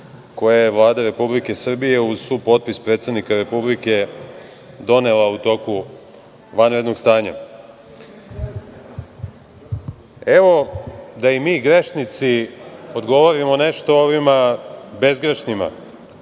koje je Vlada Republike Srbije uz supotpis predsednika Republike donela u toku vanrednog stanja. Evo, da i mi grešnici odgovorimo nešto ovima bezgrešnima,